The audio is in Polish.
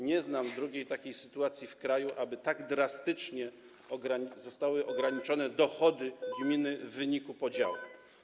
Nie znam drugiej takiej sytuacji w kraju, aby tak drastycznie zostały ograniczone dochody gminy w wyniku podziału.